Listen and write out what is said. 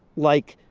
like,